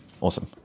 Awesome